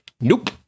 nope